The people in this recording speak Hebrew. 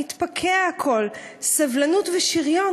/ מתפקע הכול: סבלנות ושריון,